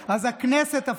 קיבל החלטה שלא התקבלה